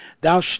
thou